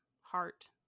heart